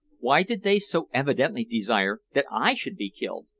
why did they so evidently desire that i should be killed?